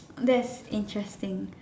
that's interesting